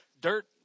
dirt